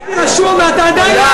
הייתי רשום, ואתה עדיין לא היושב-ראש.